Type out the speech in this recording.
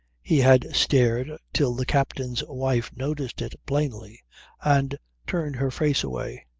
he had stared till the captain's wife noticed it plainly and turned her face away.